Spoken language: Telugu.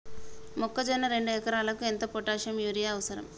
మొక్కజొన్న రెండు ఎకరాలకు ఎంత పొటాషియం యూరియా అవసరం?